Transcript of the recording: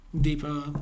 deeper